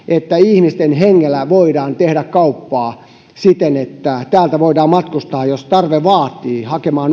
että ihmisten hengellä voidaan tehdä kauppaa siten että täältä voidaan matkustaa jos tarve vaatii pelkästään rahaa maksamalla hakemaan